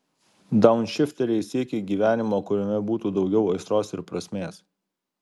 daunšifteriai siekia gyvenimo kuriame būtų daugiau aistros ir prasmės